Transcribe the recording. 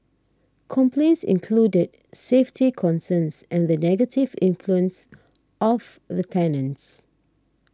complaints included safety concerns and the negative influence of the tenants